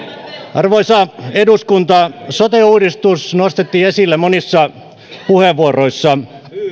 arvoisa eduskunta sote uudistus nostettiin esille monissa puheenvuoroissa